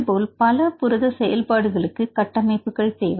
இதுபோல்பல புரத செயல்பாடுகளுக்கு கட்டமைப்புகள் தேவை